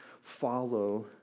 follow